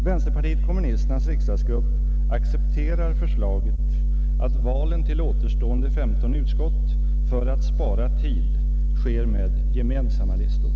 Vänsterpartiet kommunisternas riksdagsgrupp accepterar förslaget att valen till återstående 15 utskott för att spara tid sker med gemensamma listor.